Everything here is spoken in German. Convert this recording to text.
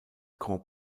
grand